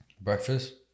breakfast